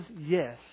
yes